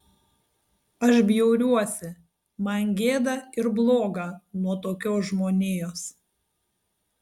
aš bjauriuosi man gėda ir bloga nuo tokios žmonijos